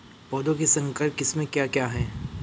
पौधों की संकर किस्में क्या क्या हैं?